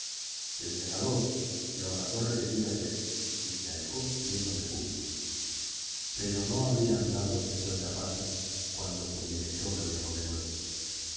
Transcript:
el segador lo abrazó repetidas veces y se alejó lleno de júbilo pero no habría andado cincuenta pasos cuando su bienhechor lo llamó de nuevo